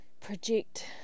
project